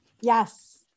Yes